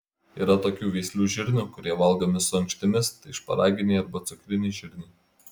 yra tokių veislių žirnių kurie valgomi su ankštimis tai šparaginiai arba cukriniai žirniai